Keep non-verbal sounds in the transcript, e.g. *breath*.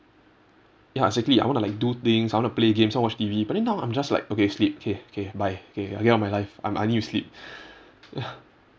ya exactly I want to like do things I want to play games I want to watch T_V but then now I'm just like okay sleep okay okay bye okay get out of my life um I need to sleep *breath*